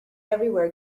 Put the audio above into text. everywhere